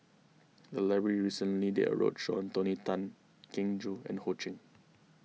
the library recently did a roadshow on Tony Tan Keng Joo and Ho Ching